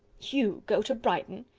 you go to brighton.